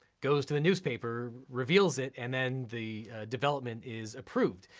goes to the newspaper, reveals it, and then the development is approved.